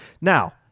Now